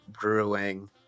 brewing